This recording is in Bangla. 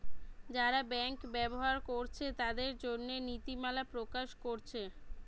যারা ব্যাংক ব্যবহার কোরছে তাদের জন্যে নীতিমালা প্রকাশ কোরছে